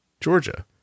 Georgia